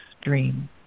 dream